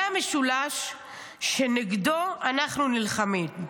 זה המשולש שנגדו אנחנו נלחמים,